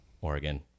Oregon